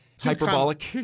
Hyperbolic